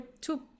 two